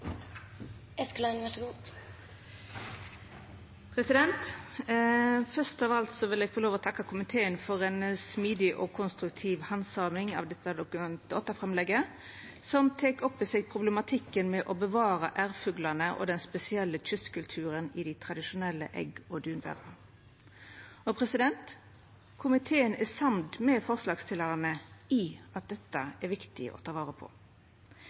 Først av alt vil eg få lov til å takka komiteen for ei smidig og konstruktiv handsaming av dette Dokument 8-framlegget, som tek opp i seg problematikken med å bevara ærfuglane og den spesielle kystkulturen i dei tradisjonelle egg- og dunværa. Komiteen er samd med forslagsstillarane i at dette er det viktig å ta vare på.